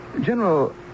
General